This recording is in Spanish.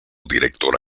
directora